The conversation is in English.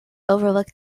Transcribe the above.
overlook